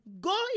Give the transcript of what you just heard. Go